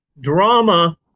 drama